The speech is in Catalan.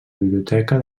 biblioteca